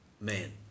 Man